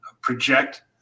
project